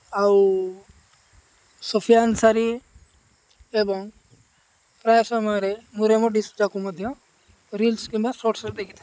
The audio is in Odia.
ଆଉ ସୋଫିଆ ଆନ୍ସାରି୍ ଏବଂ ପ୍ରାୟ ସମୟରେ ମୁଁ ରେମୋ ଡିଶୋଜାକୁ ମଧ୍ୟ ରିଲ୍ସ କିମ୍ବା ସର୍ଟସ୍ରେ ଦେଖିଥାଏ